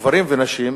גברים ונשים,